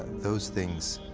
those things,